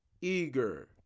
eager